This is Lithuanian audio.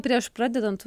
prieš pradedant